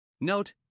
Note